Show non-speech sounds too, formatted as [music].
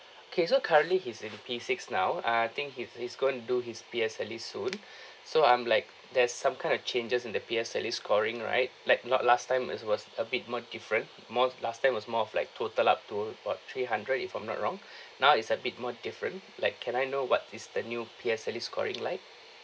okay so currently he's in the P six now I think he's he's going to do his P_S_L_E soon [breath] so I'm like there's some kind of changes in the P_S_L_E scoring right like not last time as it was a bit more different more last time was more of like total up toward about three hundred if I'm not wrong [breath] now it's a bit more different like can I know what is the new P_S_L_E scoring like